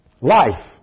Life